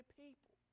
people